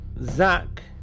Zach